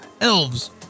elves